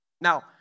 Now